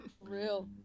Real